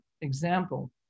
example